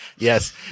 Yes